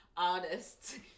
artists